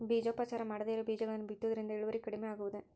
ಬೇಜೋಪಚಾರ ಮಾಡದೇ ಇರೋ ಬೇಜಗಳನ್ನು ಬಿತ್ತುವುದರಿಂದ ಇಳುವರಿ ಕಡಿಮೆ ಆಗುವುದೇ?